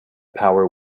power